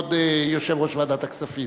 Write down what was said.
כבוד יושב-ראש ועדת הכספים.